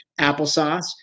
applesauce